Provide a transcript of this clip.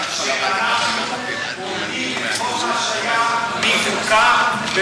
שאנחנו מורידים את חוק ההשעיה מחוקה,